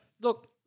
look